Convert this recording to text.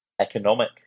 economic